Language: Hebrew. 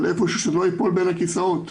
אבל שלא ייפול בין הכיסאות.